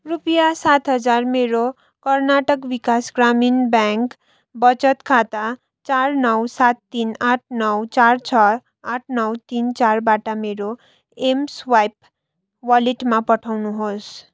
रुपियाँ सात हजार मेरो कर्नाटक विकास ग्रामीण ब्याङ्क वचत खाता चार नौ सात तिन आठ नौ चार छ आठ नौ तिन चारबाट मेरो एमस्वाइप वालेटमा पठाउनुहोस्